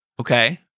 Okay